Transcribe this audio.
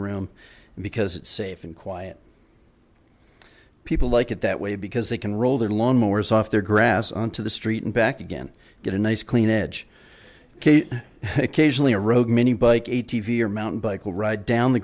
room because it's safe and quiet people like it that way because they can roll their lawn mowers off their grass onto the street and back again get a nice clean edge case occasionally a road many bike a t v or mountain bike will ride down the